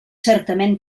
certament